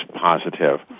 positive